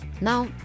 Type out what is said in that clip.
Now